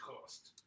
cost